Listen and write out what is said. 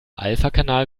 alphakanal